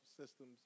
systems